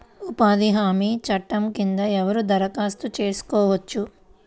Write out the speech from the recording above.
ఉపాధి హామీ చట్టం కింద ఎవరు దరఖాస్తు చేసుకోవచ్చు?